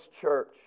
church